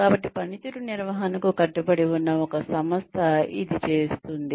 కాబట్టి పనితీరు నిర్వహణకు కట్టుబడి ఉన్న ఒక సంస్థ ఇది చేస్తుంది